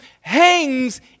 hangs